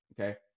Okay